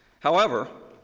however,